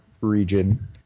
region